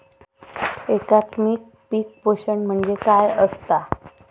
एकात्मिक पीक पोषण म्हणजे काय असतां?